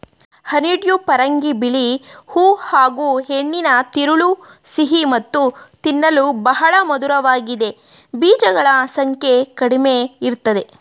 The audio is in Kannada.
ಹನಿಡ್ಯೂ ಪರಂಗಿ ಬಿಳಿ ಹೂ ಹಾಗೂಹೆಣ್ಣಿನ ತಿರುಳು ಸಿಹಿ ಮತ್ತು ತಿನ್ನಲು ಬಹಳ ಮಧುರವಾಗಿದೆ ಬೀಜಗಳ ಸಂಖ್ಯೆ ಕಡಿಮೆಇರ್ತದೆ